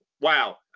wow